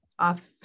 off